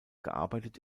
gearbeitet